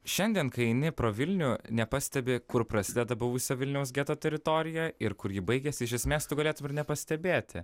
šiandien kai eini pro vilnių nepastebi kur prasideda buvusio vilniaus geto teritorija ir kur ji baigiasi iš esmės tu galėtum ir nepastebėti